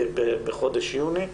בחודש יוני,